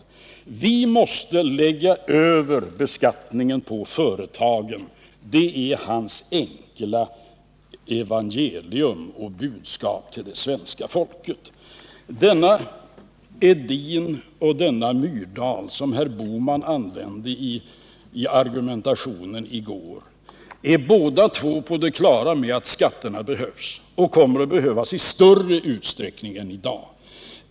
Jo, han menar att vi måste lägga över beskattningen på företagen. Det är hans enkla budskap till det svenska folket. Nr 56 Denne Edin och denne Myrdal, som herr Bohman åberopade i argumentationen i går, är båda på det klara med att skatterna behövs — och kommer att behövas i större utsträckning än i dag.